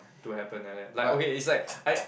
to happen like that like okay is like I